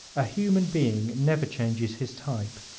a human being never changes his type.